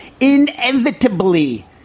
Inevitably –